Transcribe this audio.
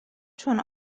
چون